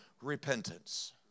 repentance